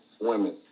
women